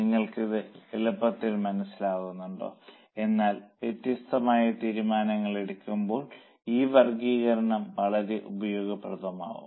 നിങ്ങൾക്ക് ഇത് എളുപ്പത്തിൽ മനസ്സിലാകുന്നുണ്ടോ എന്നാൽ വ്യത്യസ്തമായ തീരുമാനങ്ങൾ എടുക്കുമ്പോൾ ഈ വർഗ്ഗീകരണം വളരെ ഉപയോഗപ്രദമാകും